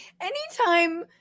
Anytime